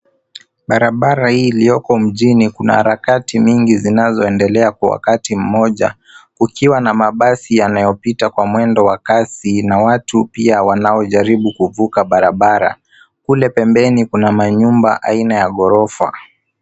Barabara hii iliyoko mjini kuna harakati nyingi zinazoendelea kwa wakati mmoja ukiwa na mabasi yanayopita kwa mwendo wa kasi na watu pia wanaojaribu kuvuka barabara. Kule pembeni kuna manyumba aina ya ghorofa.